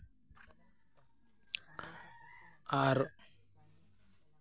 ᱟᱨ